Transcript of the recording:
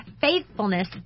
faithfulness